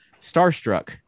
Starstruck